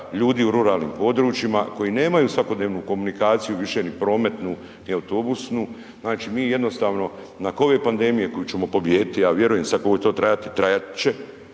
ljudi u ruralnim područjima koji nemaju svakodnevnu komunikaciju, više ni prometnu i autobusnu. Znači, mi jednostavno nakon ove pandemije koju ćemo pobijediti, ja vjerujem, sad koliko će to trajati, trajat će,